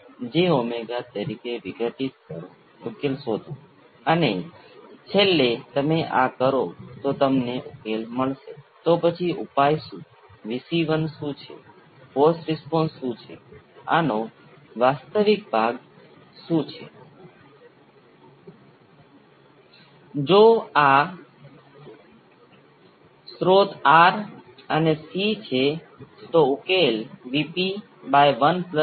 પરંતુ સર્કિટને જોઈને આવા સહજ અર્થઘટન હંમેશા શક્ય ન હોઈ શકે આ કિસ્સામાં ઓછામાં ઓછું જ્યારે સોર્સ હાજર હોય ત્યારે તે સ્પષ્ટ નથી કે RL અને C કેવી રીતે સમાંતર છે પરંતુ જો તમે સ્ત્રોતને 0 પર સેટ કરો છો તો RL અને C સમાંતર છે